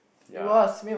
ya